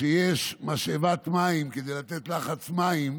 כשיש משאבת מים, כדי לתת לחץ מים,